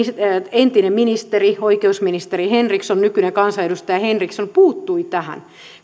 entinen ministeri oikeusministeri henriksson nykyinen kansanedustaja henriksson puuttui tähän